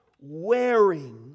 wearing